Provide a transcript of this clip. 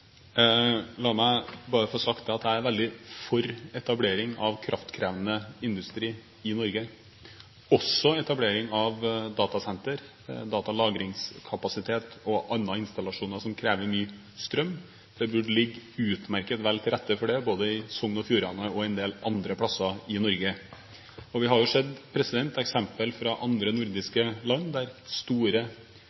etablering av kraftkrevende industri i Norge, også etablering av datasenter, datalagringskapasitet og andre installasjoner som krever mye strøm. Det burde ligge utmerket vel til rette for det både i Sogn og Fjordane og en del andre plasser i Norge. Vi har sett eksempel fra andre